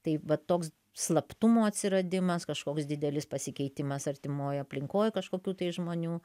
tai va toks slaptumo atsiradimas kažkoks didelis pasikeitimas artimoj aplinkoj kažkokių tai žmonių